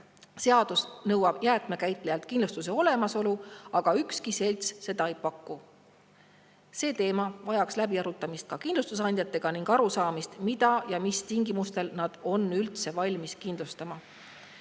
Seadus nõuab jäätmekäitlejalt kindlustuse olemasolu, aga ükski selts seda ei paku. See teema vajaks läbiarutamist ka kindlustusandjatega ning arusaamist, mida ja mis tingimustel nad on üldse valmis kindlustama. Need